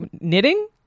knitting